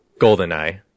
Goldeneye